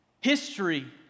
History